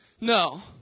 No